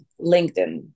LinkedIn